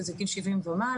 שזה גיל 70 ומעלה,